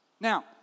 Now